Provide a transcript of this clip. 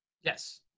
Yes